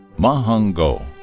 manh hung ngo.